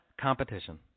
competition